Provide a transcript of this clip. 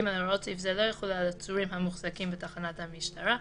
(ג)הוראות סעיף זה לא יחולו על עצורים המוחזקים בתחנת משטרה.